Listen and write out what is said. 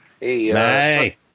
Hey